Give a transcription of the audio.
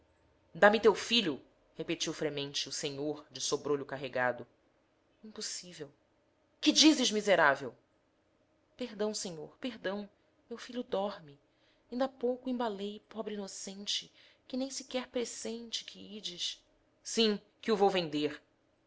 dá-me teu filho repetiu fremente o senhor de sobr'olho carregado impossível que dizes miserável perdão senhor perdão meu filho dorme inda há pouco o embalei pobre inocente que nem sequer pressente que ides sim que o vou vender